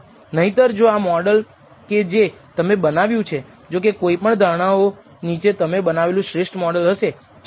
આપણે આ અંદાજ માટે કોન્ફિડન્સ ઈન્ટર્વલસ જેને કહીએ છીએ તે તેમની વિતરણ લાક્ષણિકતાઓના આધારે કે જે સરેરાશ અને વેરિએન્સ છે તે પણ મેળવી શકીએ છીએ